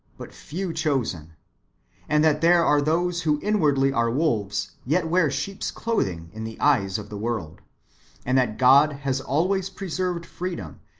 but few chosen and that there are those who inwardly are wolves, yet wear sheep's clothing in the eyes of the world and that god has always preserved free dom,